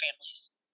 families